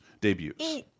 debuts